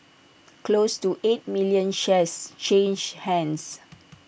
close to eight million shares changed hands